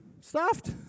stuffed